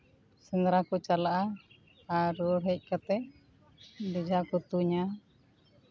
ᱥᱮᱸᱫᱽᱨᱟ ᱠᱚ ᱪᱟᱞᱟᱜᱼᱟ ᱟᱨ ᱨᱩᱣᱟᱹᱲ ᱦᱮᱡ ᱠᱟᱛᱮᱫ ᱵᱳᱡᱷᱟ ᱠᱚ ᱛᱩᱧᱟ